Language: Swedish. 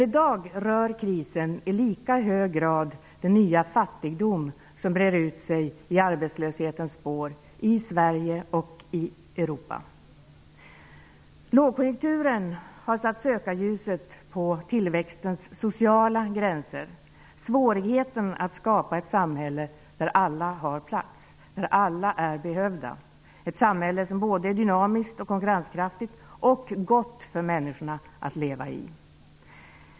I dag rör krisen i lika hög grad den nya fattigdom som brer ut sig i arbetslöshetens spår, i Sverige och i Europa. Lågkonjunkturen har satt sökarljuset på tillväxtens sociala gränser, svårigheten att skapa ett samhälle där alla har plats, där alla är behövda, ett samhälle som är såväl dynamiskt och konkurrenskraftigt och gott för människorna att leva i.